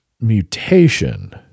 mutation